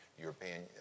European